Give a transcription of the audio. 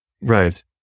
Right